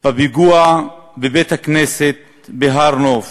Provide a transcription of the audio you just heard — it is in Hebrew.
בפיגוע בבית-הכנסת בהר-נוף.